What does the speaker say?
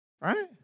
Right